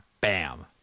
bam